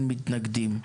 אין מתנגדים,